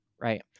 right